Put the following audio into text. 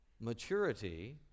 Maturity